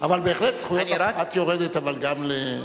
אבל בהחלט, זכויות הפרט, לא כקולקטיב.